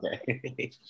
okay